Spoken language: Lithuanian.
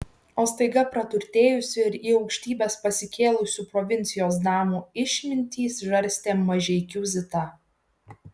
o staiga praturtėjusių ir į aukštybes pasikėlusių provincijos damų išmintį žarstė mažeikių zita